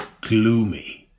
gloomy